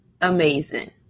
amazing